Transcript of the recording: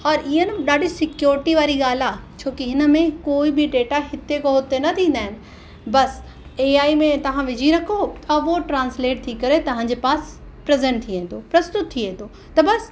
औरि ईअं न ॾाढी सिक्योरिटी वारी ॻाल्हि आहे छो की हिन में कोई बि डेटा हिते खां हुते न थींदा आहिनि बसि एआई में तव्हां विझी रखो ऐं उहो ट्रांसलेट थी करे तव्हांजे पास प्रज़ेंट थी वेंदो प्रस्तुत थी वेंदो त बसि